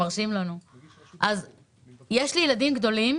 למרות שיש לי ילדים גדולים,